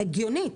הגיונית.